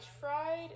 Fried